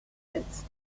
pits